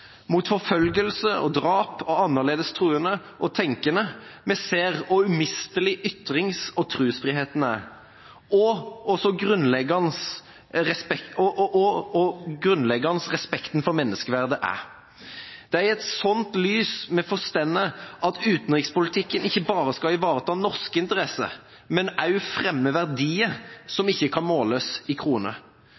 forfølgelse og drap av annerledes troende og tenkende vi ser hvor umistelig ytrings- og trosfriheten er, og hvor grunnleggende respekten for menneskeverdet er. Det er i et slikt lys vi forstår at utenrikspolitikken ikke bare skal ivareta norske interesser, men også fremme verdier som ikke kan måles i